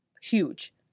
huge